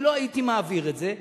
אם לא הייתי מעביר את זה,